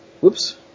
Whoops